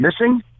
missing